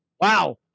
Wow